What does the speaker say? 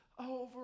Over